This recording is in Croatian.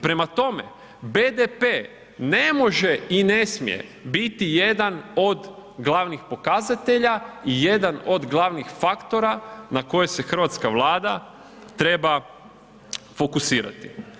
Prema tome, BDP ne može i ne smije biti jedan od glavnih pokazatelja i jedan od glavnih faktora na koje se hrvatska Vlada treba fokusirati.